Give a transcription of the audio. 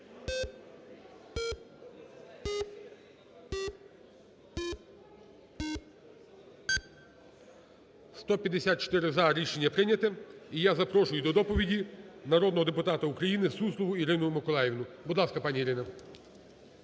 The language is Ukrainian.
За-154 Рішення прийнято. І я запрошую до доповіді народного депутата України Суслову Ірину Миколаївну. Будь ласка, пані Ірина.